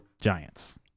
Giants